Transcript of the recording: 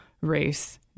race